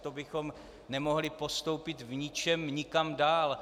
To bychom nemohli postoupit v ničem nikam dál.